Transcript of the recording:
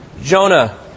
Jonah